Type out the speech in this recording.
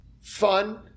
Fun